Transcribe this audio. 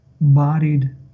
bodied